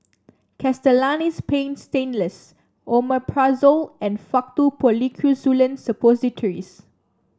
Castellani's Paint Stainless Omeprazole and Faktu Policresulen Suppositories